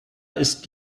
ist